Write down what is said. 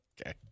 Okay